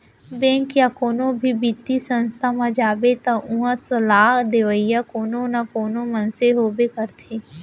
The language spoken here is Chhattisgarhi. बेंक या कोनो भी बित्तीय संस्था म जाबे त उहां सलाह देवइया कोनो न कोनो मनसे होबे करथे